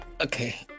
Okay